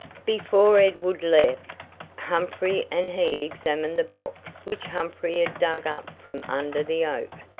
before edward left, humphrey and he examined the box which humphrey had dug up from under the oak,